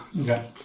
Okay